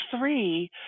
three